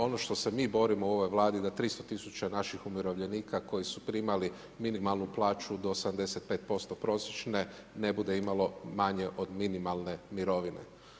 Ono što se mi borimo u ovoj Vladi da 300 tisuća naših umirovljenika koji su primali minimalnu plaću do 85% prosječne ne bude imalo manje od minimalne mirovine.